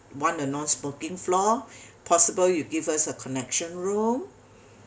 want a non-smoking floor possible you give us a connection room